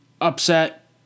upset